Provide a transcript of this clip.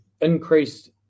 increased